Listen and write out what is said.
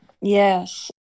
Yes